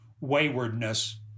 waywardness